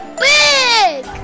big